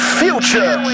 future